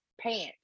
pants